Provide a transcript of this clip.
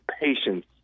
patience